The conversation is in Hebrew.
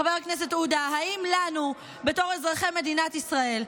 חבר הכנסת עודה, האם לנו, בתור אזרחי מדינת ישראל,